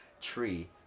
tree